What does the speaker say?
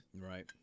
Right